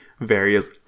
Various